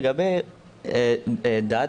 לגבי דת,